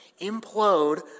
implode